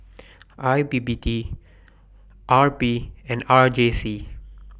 I P P T R P and R J C